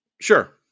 Sure